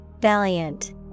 Valiant